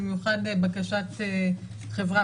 במיוחד בקשת חברה,